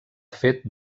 fet